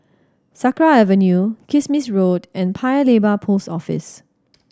Sakra Avenue Kismis Road and Paya Lebar Post Office